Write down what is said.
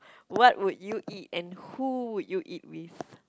what would you eat and who would you eat with